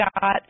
got